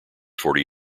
forty